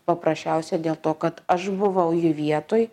paprasčiausiai dėl to kad aš buvau jų vietoj